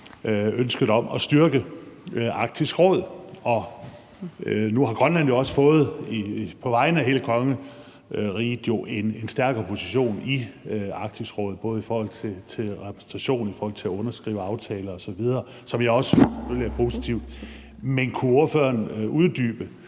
ønsket om at styrke Arktisk Råd. Nu har Grønland jo også på vegne af hele kongeriget fået en stærkere position i Arktisk Råd, både i forhold til repræsentation og i forhold til at underskrive aftaler osv., som jeg selvfølgelig også synes er positivt. Men kunne ordføreren uddybe